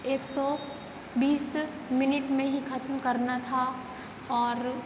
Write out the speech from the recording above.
एक सौ बीस मिनिट में ही खत्म करना था और